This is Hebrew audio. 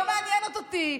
היא לא מעניינת אותי.